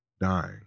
dying